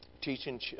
teaching